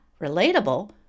relatable